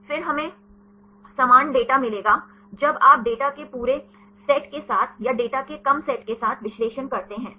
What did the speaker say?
फिर हमें समान डेटा मिलेगा जब आप डेटा के पूरे सेट के साथ या डेटा के कम सेट के साथ विश्लेषण करते हैं